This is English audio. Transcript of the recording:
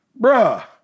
bruh